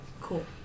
Cool